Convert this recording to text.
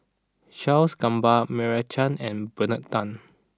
Charles Gamba Meira Chand and Bernard Tan